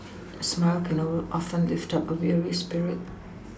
a smile can often lift up a weary spirit